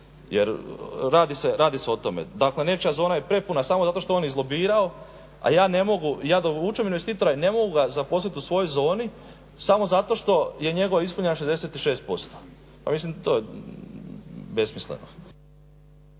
jer radi se o tome da ako nečija zona je prepuna samo zato što je on izlobirao, a ja dovučem investitora i ne mogu ga zaposliti u svojoj zoni samo zato što je njegova ispuna 66%. Pa mislim, to je besmisleno.